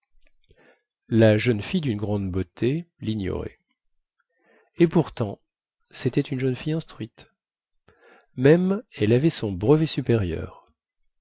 la jeune fille dune grande beauté lignorait et pourtant cétait une jeune fille instruite même elle avait son brevet supérieur